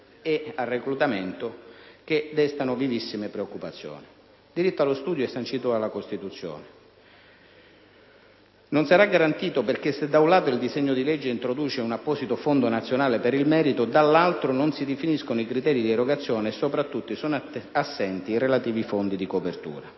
a questioni che destano vivissime preoccupazioni. Il diritto allo studio è sancito dalla Costituzione, ma non sarà garantito perché, se da un lato, il disegno di legge introduce un apposito fondo nazionale per il merito, dall'altro non si definiscono i criteri di erogazione e, soprattutto, sono assenti i relativi fondi di copertura.